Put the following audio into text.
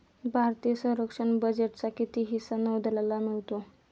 भारतीय संरक्षण बजेटचा किती हिस्सा नौदलाला मिळतो?